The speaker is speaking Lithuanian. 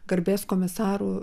garbės komisarų